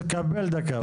תקבל דקה.